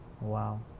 Wow